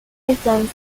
están